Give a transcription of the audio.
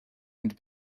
and